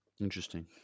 Interesting